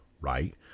right